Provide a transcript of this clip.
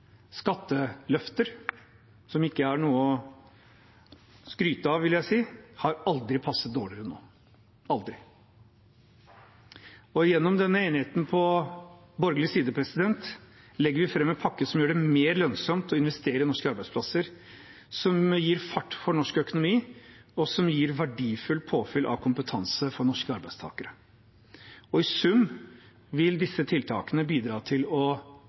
skatteløfter, som ikke er noe å skryte av, vil jeg si, har aldri passet dårligere enn nå. Aldri. Gjennom denne enigheten på borgerlig side legger vi fram en pakke som gjør det mer lønnsomt å investere i norske arbeidsplasser, som gir fart for norsk økonomi, og som gir verdifullt påfyll av kompetanse for norske arbeidstakere. I sum vil disse tiltakene bidra til å